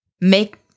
make